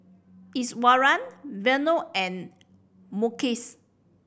Iswaran Vanu and Mukesh